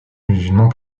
musulmans